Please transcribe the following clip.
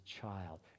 child